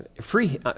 free